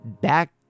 back